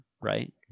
right